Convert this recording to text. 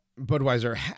Budweiser